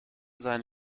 seinen